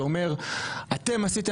מהכנסת?